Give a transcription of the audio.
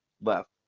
left